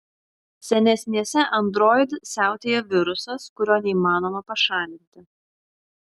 senesnėse android siautėja virusas kurio neįmanoma pašalinti